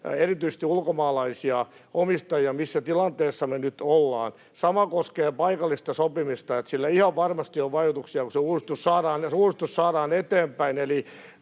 erityisesti ulkomaalaisia omistajia, missä tilanteessa me nyt ollaan. Sama koskee paikallista sopimista: sillä on ihan varmasti vaikutuksia, jos uudistus saadaan eteenpäin.